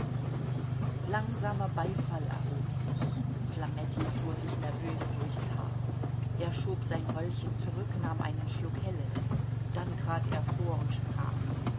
langsamer beifall erhob sich flametti fuhr sich nervös durchs haar er schob sein röllchen zurück nahm einen schluck helles dann trat er vor und sprach